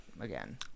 again